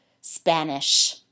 Spanish